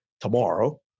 Tomorrow